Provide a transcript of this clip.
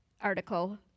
article